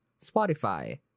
Spotify